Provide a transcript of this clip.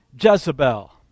Jezebel